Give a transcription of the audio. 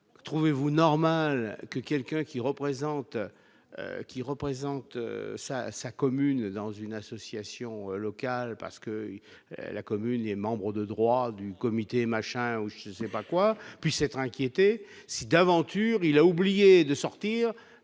trouvez-vous normal que quelqu'un qui représente qui représente sa sa commune dans une association locale parce que la commune est membre de droit du comité machin ou je sais pas quoi puisse être inquiété, si d'aventure il a oublié de sortir